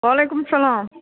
وعلیکُم اسَلام